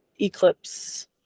Eclipse